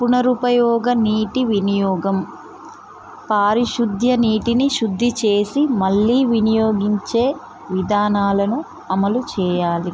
పునరుపయోగ నీటి వినియోగం పారిశుద్ద నీటిని శుద్ధి చేసి మళ్ళీ వినియోగించే విధానాలను అమలు చేయాలి